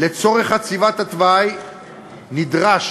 לצורך חציבת התוואי נדרש